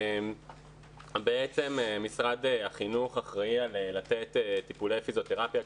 בעצם במשרד החינוך אחראי על מתן טיפולי פיזיותרפיה,